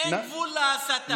אין גבול להסתה.